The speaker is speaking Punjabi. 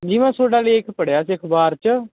ਜੀ ਮੈਂ ਤੁਹਾਡਾ ਲੇਖ ਪੜ੍ਹਿਆ ਸੀ ਅਖਬਾਰ 'ਚ